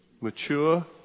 mature